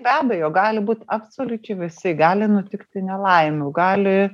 be abejo gali būt absoliučiai visi gali nutikti nelaimių gali